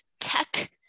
tech